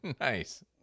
Nice